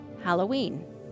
Halloween